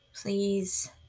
please